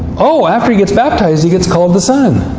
oh! after he gets baptized, he gets called the son.